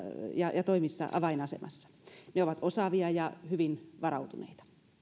ja ja toimissa avainasemassa ne ovat osaavia ja hyvin varautuneita